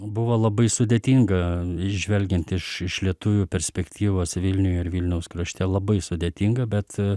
buvo labai sudėtinga įžvelgiant iš iš lietuvių perspektyvos vilniuj ar vilniaus krašte labai sudėtinga bet a